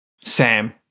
Sam